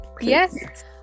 Yes